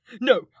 No